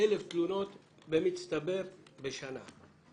1,000 תלונות במצטבר בשנה.